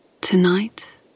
Tonight